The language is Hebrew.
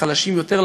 לחלשים יותר,